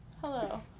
Hello